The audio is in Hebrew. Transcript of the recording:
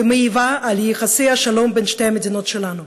והיא מעיבה על יחסי השלום בין שתי המדינות שלנו.